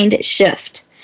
shift